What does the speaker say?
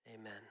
Amen